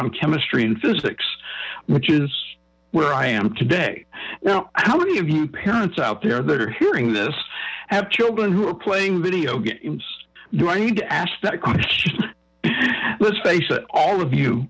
on chemistry and physics which is where i am today now how many of you parents out there that are hearing this have children who are playing video games do need to ask that question let's face it all of you